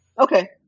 Okay